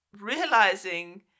realizing